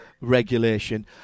regulation